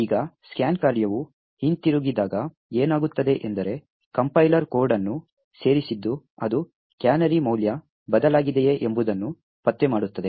ಈಗ scan ಕಾರ್ಯವು ಹಿಂತಿರುಗಿದಾಗ ಏನಾಗುತ್ತದೆ ಎಂದರೆ ಕಂಪೈಲರ್ ಕೋಡ್ ಅನ್ನು ಸೇರಿಸಿದ್ದು ಅದು ಕ್ಯಾನರಿ ಮೌಲ್ಯ ಬದಲಾಗಿದೆಯೇ ಎಂಬುದನ್ನು ಪತ್ತೆ ಮಾಡುತ್ತದೆ